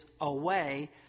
away